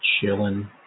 chilling